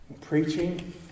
preaching